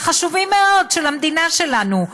החשובים-מאוד של המדינה שלנו.